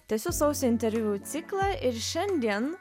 tęsiu sausį interviu ciklą ir šiandien